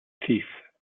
teeth